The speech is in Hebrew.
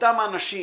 אותם אנשים